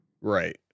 Right